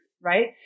right